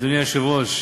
אדוני היושב-ראש,